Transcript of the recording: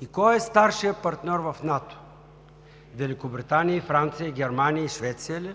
и кой е старшият партньор в НАТО? Великобритания и Франция, Германия и Швеция ли?